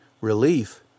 relief